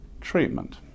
treatment